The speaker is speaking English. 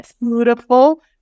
beautiful